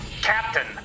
captain